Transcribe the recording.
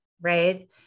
right